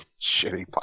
shitty